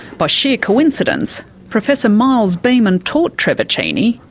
by sheer coincidence, professor miles beaman taught trevor cheney,